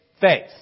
Faith